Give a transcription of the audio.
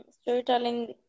Storytelling